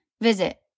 visit